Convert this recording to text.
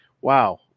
Wow